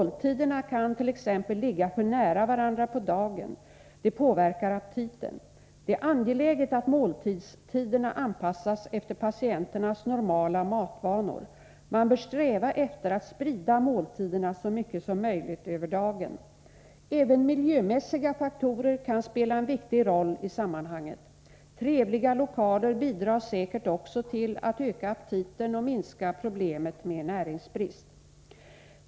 Måltiderna kant.ex. ligga för nära varandra på dagen. Det påverkar aptiten. Det är angeläget att måltidstiderna anpassas efter patienternas normala matvanor. Man bör sträva efter att sprida måltiderna så mycket som möjligt över dagen. Även miljömässiga faktorer kan spela en viktig roll i sammanhanget. Trevliga lokaler bidrar säkert också till att öka aptiten och minska problemet med näringsbrist.